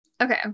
okay